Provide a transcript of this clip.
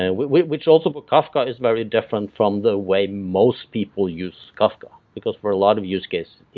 and which which also but kafka is very different from the way most people use kafka because for a lot of use cases,